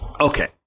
Okay